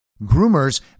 groomers